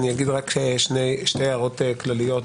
אני אגיד רק שתי הערות כלליות,